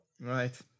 Right